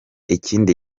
ikindi